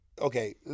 Okay